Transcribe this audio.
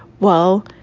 well,